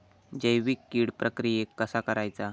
जैविक कीड प्रक्रियेक कसा करायचा?